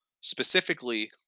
specifically